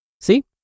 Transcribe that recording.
See